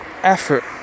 effort